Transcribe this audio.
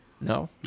No